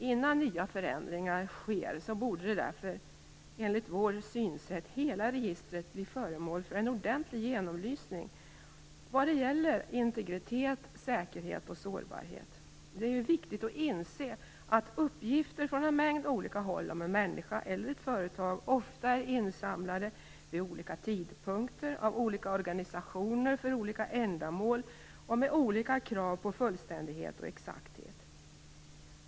Innan nya förändringar sker borde därför enligt vårt synsätt hela registret bli föremål för en ordentlig genomlysning vad gäller integritet, säkerhet och sårbarhet. Det är viktigt att inse att uppgifter från en mängd olika håll om en människa eller ett företag ofta är insamlade vid olika tidpunkter, av olika organisationer, för olika ändamål och med olika krav på fullständighet och exakthet.